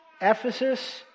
Ephesus